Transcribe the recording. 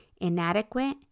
inadequate